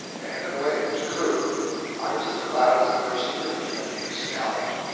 and in a way it was true i was as glad as a person is when he is scalped.